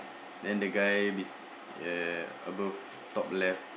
then the guy bes~ uh above top left